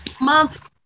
month